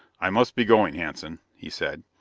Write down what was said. i must be going, hanson, he said.